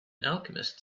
alchemist